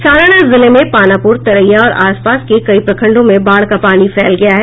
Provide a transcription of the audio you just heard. सारण जिले में पानापुर तरैया और आसपास के कई प्रखंडों में बाढ़ का पानी फैल गया है